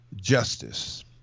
justice